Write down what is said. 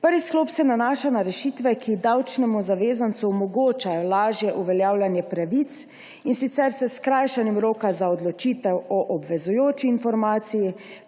Prvi sklop se nanaša na rešitve, ki davčnemu zavezancu omogočajo lažje uveljavljanje pravic, in sicer s skrajšanem roka za odločitev o obvezujoči informaciji,